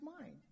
mind